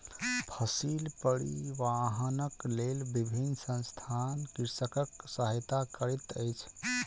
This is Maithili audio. फसिल परिवाहनक लेल विभिन्न संसथान कृषकक सहायता करैत अछि